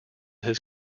his